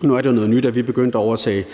nu er det jo noget nyt, at vi er begyndt at overtage